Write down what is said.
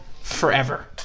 Forever